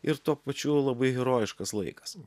ir tuo pačiu labai herojiškas laikas